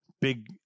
big